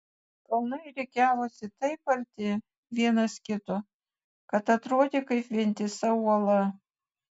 kalnai rikiavosi taip arti vienas kito kad atrodė kaip vientisa uola